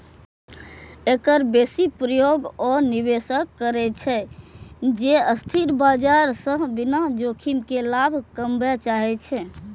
एकर बेसी प्रयोग ओ निवेशक करै छै, जे अस्थिर बाजार सं बिना जोखिम के लाभ कमबय चाहै छै